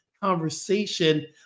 Conversation